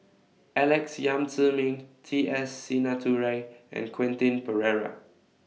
Alex Yam Ziming T S Sinnathuray and Quentin Pereira